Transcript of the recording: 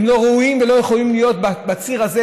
הם לא ראויים ולא יכולים להיות בציר הזה